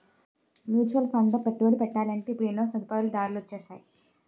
mutual ఫండ్లలో పెట్టుబడి పెట్టాలంటే ఇప్పుడు ఎన్నో సదుపాయాలు దారులు వొచ్చేసాయి